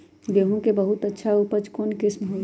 गेंहू के बहुत अच्छा उपज कौन किस्म होई?